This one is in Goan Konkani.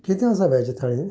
कितें आसा वॅज थाळीन